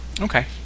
Okay